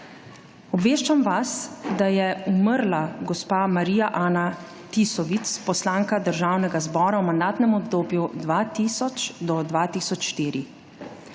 Obveščam vas, da je umrla gospa Marija Ana Tisovic, poslanka Državnega zbora v mandatnem obdobju 2000−2004.